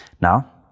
Now